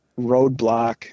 roadblock